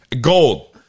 gold